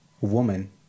woman